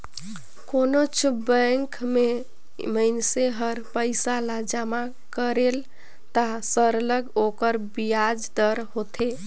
कोनोच बंेक में मइनसे हर पइसा ल जमा करेल त सरलग ओकर बियाज दर होथे